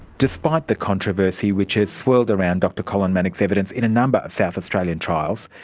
despite the controversy which has swirled around dr colin manock's evidence in a number of south australian trials,